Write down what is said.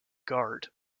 guard